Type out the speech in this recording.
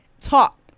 talk